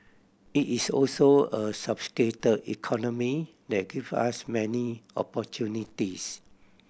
it is also a sophisticate economy that give us many opportunities